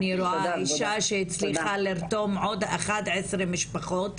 אני רואה אישה שהצליחה לרתום עוד 11 משפחות,